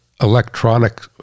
electronic